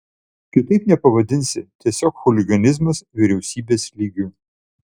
kitaip nepavadinsi tiesiog chuliganizmas vyriausybės lygiu